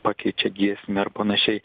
pakeičia giesmę ar panašiai